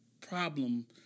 problem